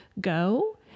go